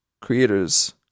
creators